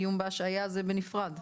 איום בהשעיה זה בנפרד.